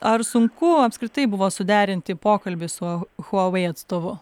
ar sunku apskritai buvo suderinti pokalbį su ch huawei atstovu